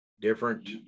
different